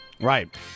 Right